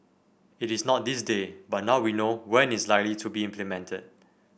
it is not this day but now we know when it's likely to be implemented